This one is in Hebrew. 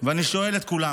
אני שואל את כולם,